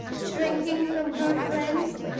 shrinking from her friends,